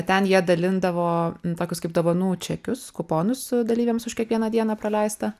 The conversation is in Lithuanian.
ten jie dalindavo tokius kaip dovanų čekius kuponus dalyviams už kiekvieną dieną praleistą